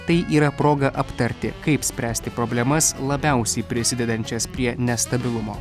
tai yra proga aptarti kaip spręsti problemas labiausiai prisidedančias prie nestabilumo